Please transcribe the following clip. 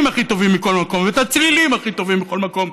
הכי טובים מכל מקום ואת הצלילים הכי טובים בכל מקום,